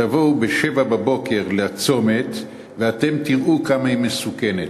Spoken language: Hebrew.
תבואו ב-07:00 לצומת, ואתם תראו כמה הוא מסוכן.